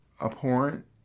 abhorrent